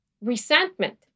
resentment